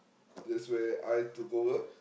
that's where I took over